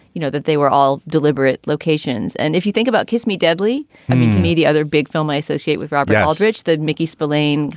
you know, that they were all deliberate locations. and if you think about kiss me deadly, i mean, to me, the other big film i associate with robin aldridge, that mickey spillane.